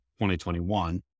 2021